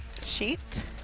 sheet